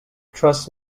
trust